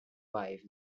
wife